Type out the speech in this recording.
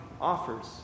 offers